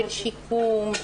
של שיקום,